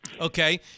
Okay